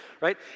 Right